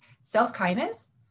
self-kindness